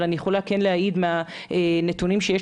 אבל אני יכולה להעיד גם מהנתונים שיש